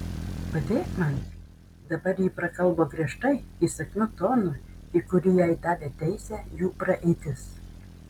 padėk man dabar ji prakalbo griežtai įsakmiu tonu į kurį jai davė teisę jų praeitis